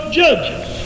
judges